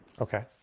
Okay